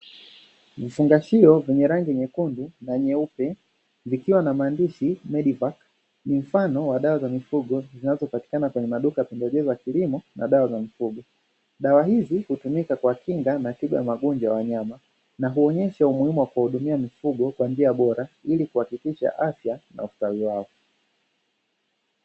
Vifungashio vyenye rangi nyekundu na nyeupe vikiwa na maandishi "Medivac", ni mfano wa dawa za mifugo zinazopatikana kwenye maduka ya pembejeo za kilimo na dawa za mifugo. Dawa hizi hutumika kwa kinga na tiba ya magonjwa ya wanyama na huonyesha umuhimu wa kuwahudumia mifugo kwa njia bora, ili kuhakikisha afya na ustawi wao.